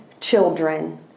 children